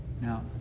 Now